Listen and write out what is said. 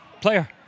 player